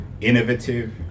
innovative